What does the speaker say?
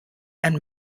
and